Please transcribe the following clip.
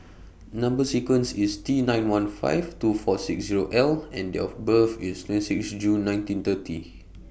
Number sequence IS T nine one five two four six Zero I and Date of birth IS twenty six June nineteen thirty